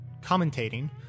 commentating